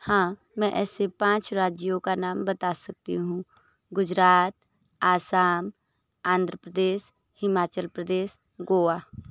हाँ मै ऐसे पाँच राज्यों का नाम बता सकती हूँ गुजरात असम आंध्र प्रदेश हिमाचल प्रदेश गोवा